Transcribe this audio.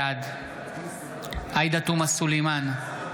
בעד עאידה תומא סלימאן,